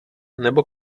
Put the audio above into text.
nebo